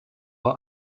war